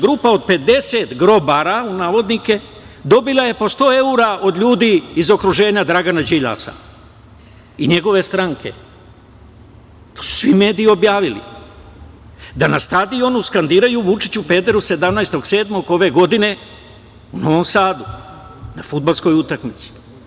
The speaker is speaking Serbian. Grupa od 50 „grobara“ dobila je po 100 evra od ljudi iz okruženja Dragana Đilasa i njegove stranke, to su svi mediji objavili, da na stadionu skandiraju: „Vučiću, pederu“ 17. jula ove godine u Novom Sadu, na fudbalskoj utakmici.